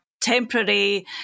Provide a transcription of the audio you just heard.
temporary